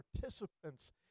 participants